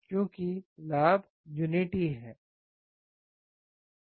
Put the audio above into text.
क्योंकि लाभ युनिटी है